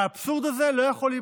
האבסורד הזה לא יכול להימשך.